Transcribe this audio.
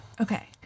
Okay